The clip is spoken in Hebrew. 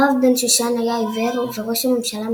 הרב בן שושן היה עיוור וראש הממשלה,